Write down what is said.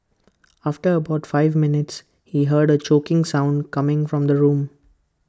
after about five minutes he heard A choking sound coming from the room